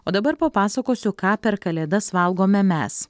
o dabar papasakosiu ką per kalėdas valgome mes